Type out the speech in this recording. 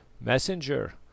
Messenger